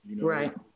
Right